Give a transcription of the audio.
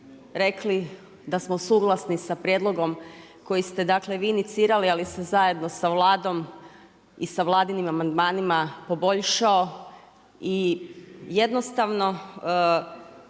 rekli da smo suglasni sa prijedlogom koji ste dakle, vi inicirali ali se zajedno sa Vladom i sa Vladinim amandmanima poboljšao, i jednostavno